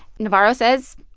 navarro says,